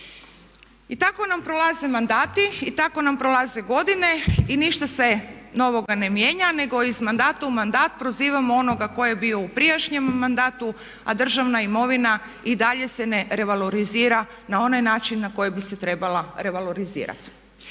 I tako nam prolaze mandati, i tako nam prolaze godine i ništa se novoga ne mijenja nego iz mandata u mandat prozivamo onoga koji je bio u prijašnjem mandatu a državna imovina i dalje se ne revalorizira na onaj način na koji bi se trebala revalorizirati.